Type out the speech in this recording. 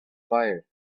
fire